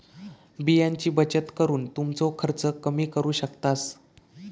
बियाण्यांची बचत करून तुमचो खर्च कमी करू शकतास